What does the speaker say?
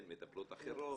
אין מטפלות אחרות.